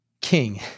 king